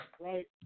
right